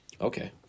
Okay